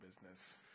business